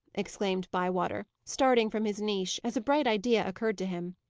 exclaimed bywater, starting from his niche, as a bright idea occurred to him.